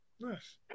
nice